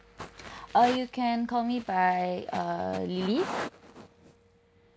uh you can call me by uh lee